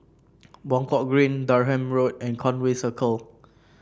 Buangkok Green Durham Road and Conway Circle